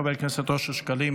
חבר הכנסת אושר שקלים,